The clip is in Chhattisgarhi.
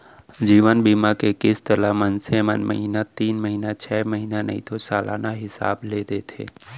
जीवन बीमा के किस्त ल मनसे मन महिना तीन महिना छै महिना नइ तो सलाना हिसाब ले देथे